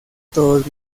todos